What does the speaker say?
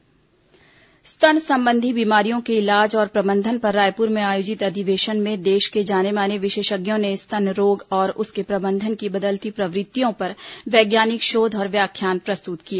स्तन रोग अधिवेशन स्तन संबंधी बीमारियों के इलाज और प्रबंधन पर रायपुर में आयोजित अधिवेशन में देश के जाने माने विशेषज्ञों ने स्तन रोग और उसके प्रबंधन की बदलती प्रवृत्तियों पर वैज्ञानिक शोध और व्याख्यान प्रस्तुत किए